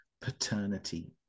paternity